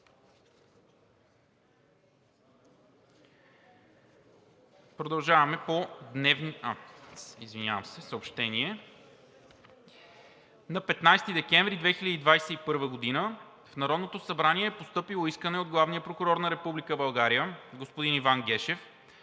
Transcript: не е прието. Съобщение: На 15 декември 2021 г. в Народното събрание е постъпило искане от Главния прокурор на Република България господин Иван Гешев